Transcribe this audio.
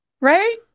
right